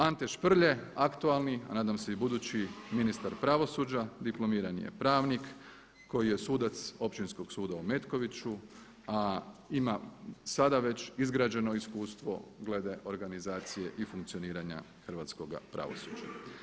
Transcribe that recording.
Ante Šprlje aktualni, a nadam se i budući ministar pravosuđa, diplomirani je pravnik koji je sudac Općinskog suda u Metkoviću, a ima sada već izgrađeno iskustvo glede organizacije i funkcioniranja hrvatskoga pravosuđa.